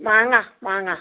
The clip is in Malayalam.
മാങ്ങ മാങ്ങ